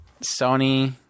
Sony